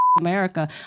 America